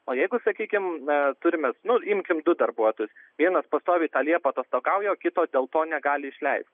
o jeigu sakykim na turim mes nu imkim du darbuotojus vienas pastoviai tą liepą atostogauja okito dėl to negali išleist